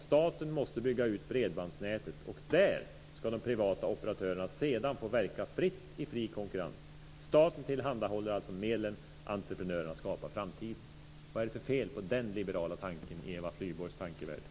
Staten måste bygga ut bredbandsnätet, och där ska de privata operatörerna sedan få verka fritt i fri konkurrens. Staten tillhandahåller alltså medlen. Entreprenörerna skapar framtiden. Vad är det för fel på den liberala tanken i Eva Flyborgs tankevärld?